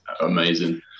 amazing